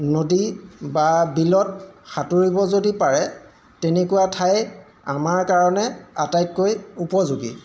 নদী বা বিলত সাঁতুৰিব যদি পাৰে তেনেকুৱা ঠাই আমাৰ কাৰণে আটাইতকৈ উপযোগী